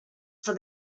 for